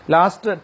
Last